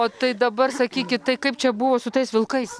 o tai dabar sakykit tai kaip čia buvo su tais vilkais